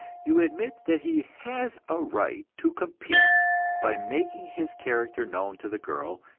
you admit that he has a right to compete by making his character known to the girl,